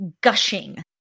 gushing